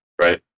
right